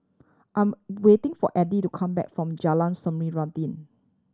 I am waiting for Eddie to come back from Jalan